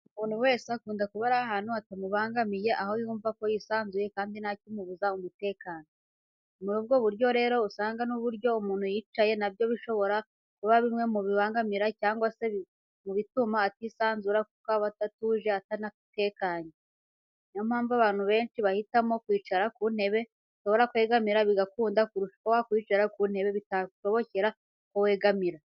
Umuntu wese akunda kuba ari ahantu hatamubangamiye, aho yumva ko yisanzuye kandi nta kimubuza umutekano. Ni muri ubwo buryo rero usanga n'uburyo umuntu yicayemo na byo bishobora kuba bimwe mu bimubangamira cyangwa se mu bituma atisanzura kuko ataba atuje atanatekanye. Ni yo mpamvu abantu benshi bahitamo kwicara ku ntebe ushobora kwegamira bigakunda kurusha uko wakwicara ku ntebe bitagushobokera ko wegamira.